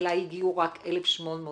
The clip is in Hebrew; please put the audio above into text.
אליי הגיעו רק 1,800 מדווחות,